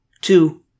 Two